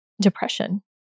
depression